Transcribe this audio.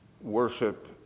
worship